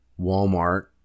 Walmart